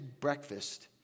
breakfast